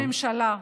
ראש הממשלה,